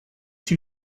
two